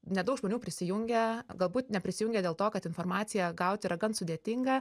nedaug žmonių prisijungia galbūt neprisijungia dėl to kad informaciją gauti yra gan sudėtinga